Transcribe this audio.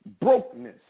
Brokenness